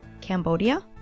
Cambodia